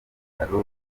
bitaro